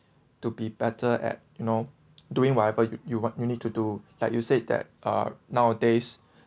to be better at you know doing whatever you you what you need to do like you said that uh nowadays